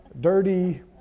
dirty